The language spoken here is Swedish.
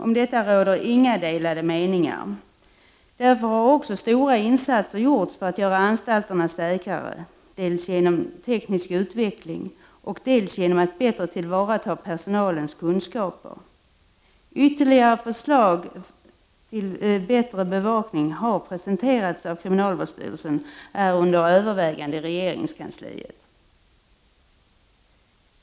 Om detta råder det inga delade meningar. Därför har också stora insatser gjorts för att göra anstalterna säkrare, dels genom teknisk utveckling, dels genom att bättre tillvarata personalens kunskaper. Ytterligare förslag till bättre bevakning har presenterats av kriminalvårdsstyrelsen och är under övervägande i regeringskansliet.